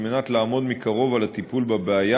על מנת לעמוד מקרוב על הטיפול בבעיה